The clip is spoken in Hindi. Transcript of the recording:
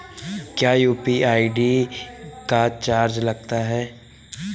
क्या यू.पी.आई आई.डी का चार्ज लगता है?